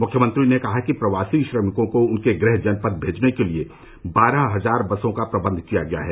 मुख्यमंत्री ने कहा कि प्रवासी श्रमिकों को उनके गृह जनपद भेजने के लिए बारह हजार बसों का प्रबंध किया गया है